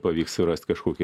pavyks surast kažkokį